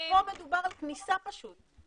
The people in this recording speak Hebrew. פה מדובר על כניסה פשוט.